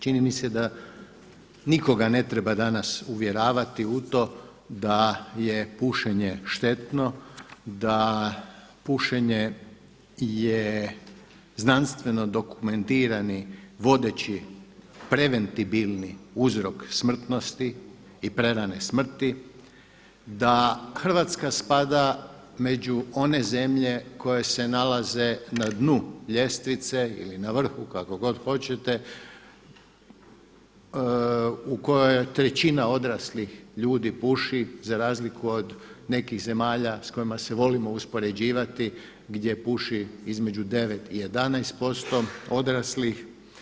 Čini mi se da nikoga ne treba danas uvjeravati u to da je pušenje štetno, da pušenje je znanstveno dokumentirani vodeći preventabilni uzrok smrtnosti i prerane smrti, da Hrvatska spada među one zemlje koje se nalaze na dnu ljestvice ili na vrhu kako god hoćete u kojoj trećina odraslih ljudi puši za razliku od nekih zemalja sa kojima se volimo uspoređivati gdje puši između 9 i 11% odraslih.